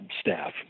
staff